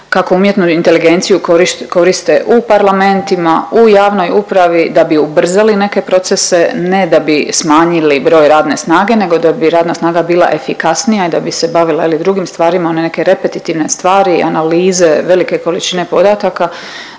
kako umjetnu inteligenciju koriste u parlamentima, u javnoj upravi da bi ubrzali neke procese, ne da bi smanjili broj radne snage nego da bi radna snaga bila efikasnija i da bi se bavila ili drugim stvarima. One neke repetitivne stvari, analize, velike količine podataka